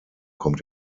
kommt